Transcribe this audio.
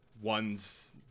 ones